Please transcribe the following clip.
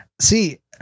See